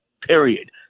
Period